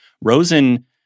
Rosen